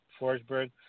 Forsberg